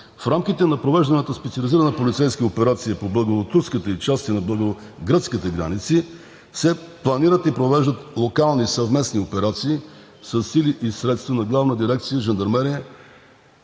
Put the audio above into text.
в рамките на провежданата специализирана полицейска операция по българо-турската и части на българо-гръцката граници се планират и провеждат локални съвместни операции със сили и средства на Главна дирекция „Жандармерия“,